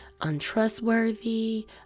untrustworthy